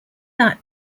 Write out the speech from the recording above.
that